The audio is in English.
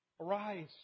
Arise